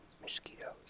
mosquitoes